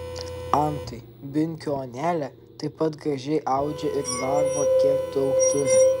antai binkių onelė taip gražiai audžia ir darbo kiek daug turi